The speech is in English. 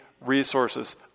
resources